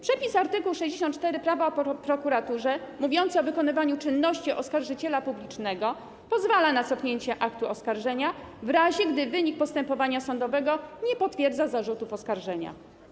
Przepis art. 64 Prawa o prokuraturze mówiący o wykonywaniu czynności oskarżyciela publicznego pozwala na cofnięcie aktu oskarżenia, w razie gdy wynik postępowania sądowego nie potwierdza zarzutów oskarżenia.